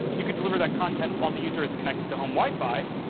you could deliver that content while the user is connected to home wi-fi,